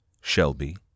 Shelby